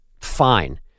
fine